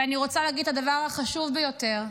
ואני רוצה להגיד את הדבר החשוב ביותר: